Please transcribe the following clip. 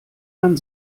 man